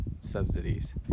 subsidies